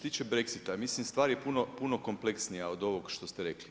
Što se tiče Brexita, mislim stvar je puno kompleksnija od ovog što ste rekli.